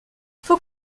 faut